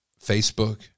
Facebook